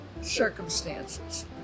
circumstances